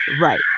right